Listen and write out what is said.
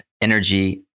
Energy